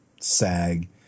sag